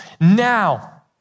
now